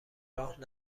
راه